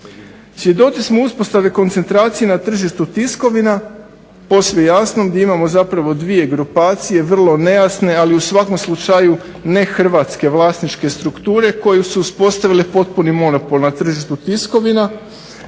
Svjedoci smo uspostave koncentracije na tržištu tiskovina, posve je jasno, gdje imamo dvije grupacije vrlo nejasne ali u svakom slučaju nehrvatske vlasničke strukture koje su uspostavile potpuni monopol na tržištu tiskovina